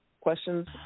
questions